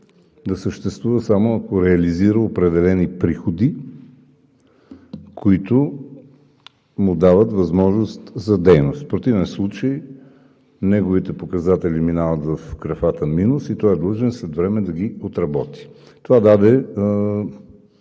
да съществува само ако реализира определени приходи, които му дават възможност за дейност. В противен случай неговите показатели минават в графата минус и той е длъжен след време да ги отработи. Това даде